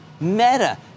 Meta